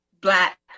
black